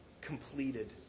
completed